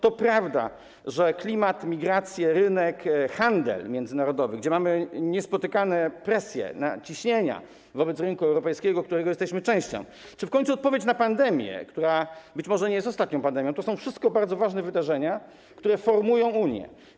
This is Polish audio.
To prawda, że klimat, migracje, rynek, handel międzynarodowy, gdzie mamy niespotykaną presję, ciśnienie wobec rynku europejskiego, którego jesteśmy częścią, czy w końcu odpowiedź na pandemię, która być może nie jest ostatnią pandemią, że te wszystkie bardzo ważne wydarzenia formują Unię.